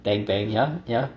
bang bang ya ya